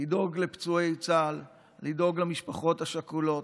לדאוג לפצועי צה"ל, לדאוג למשפחות השכולות,